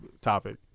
topic